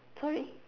sorry